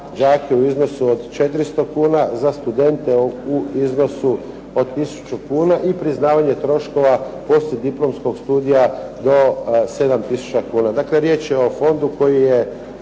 za đake u iznosu od 400 kuna, za studente u iznosu od tisuću kuna i priznavanje troškova poslije diplomskog studija do 7 tisuća kuna. Dakle, riječ je o fondu koji je